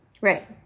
Right